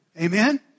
Amen